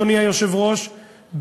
אדוני היושב-ראש,